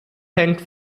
hängt